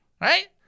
right